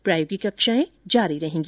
प्रायोगिक कक्षाएं जारी रहेगी